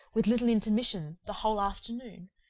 with little intermission the whole afternoon,